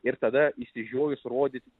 ir tada išsižiojus rodyt